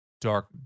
dark